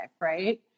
right